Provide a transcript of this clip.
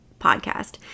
podcast